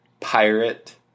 pirate